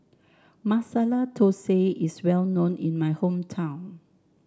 Masala Dosa is well known in my hometown